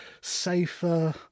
safer